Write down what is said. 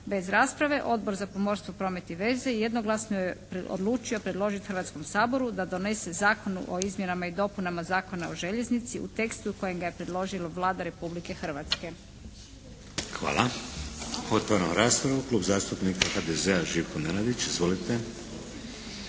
Bez rasprave Odbor za pomorstvo, promet i veze jednoglasno je odlučio predložiti Hrvatskom saboru da donese Zakon o izmjenama i dopunama Zakona o željeznici u tekstu u kojem ga je predložila Vlada Republike Hrvatske. **Šeks, Vladimir (HDZ)** Hvala. Otvaram raspravu. Klub zastupnika HDZ-a, Živko Nenadić. Izvolite.